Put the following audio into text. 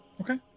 Okay